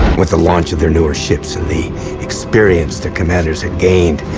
with the launch of their newer ships and the experience their commanders had gained,